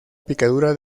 picadura